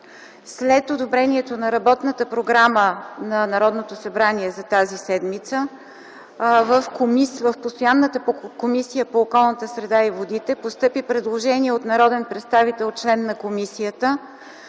След одобрението на работната програма на Народното събрание за тази седмица в постоянната Комисия по околната среда и водите постъпи предложение от народен представител – член на комисията,